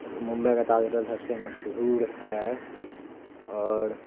ممبئی کا تاج ہوٹل سب سے مشہور ہے اور